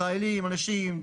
מתפללים אנשים,